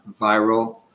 viral